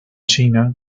china